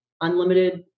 unlimited